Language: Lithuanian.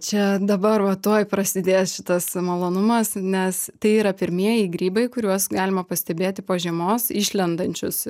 čia dabar va tuoj prasidės šitas malonumas nes tai yra pirmieji grybai kuriuos galima pastebėti po žiemos išlendančius